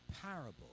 parable